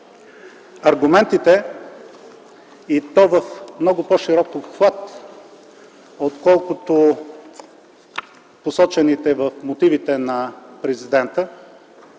Аргументите, и то в много по-широк обхват, отколкото посочените в мотивите на президента,